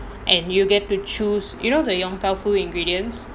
and you get to choose you know the yong tau fu ingredients